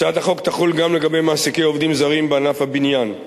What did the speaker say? הצעת החוק תחול גם לגבי מעסיקי עובדים זרים בענף הבניין.